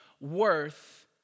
worth